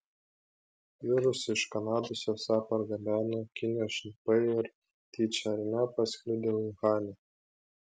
virusą iš kanados esą pargabeno kinijos šnipai ir tyčia ar ne paskleidė uhane